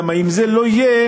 כי אם זה לא יהיה,